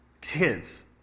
kids